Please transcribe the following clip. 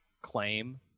claim